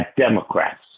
Democrats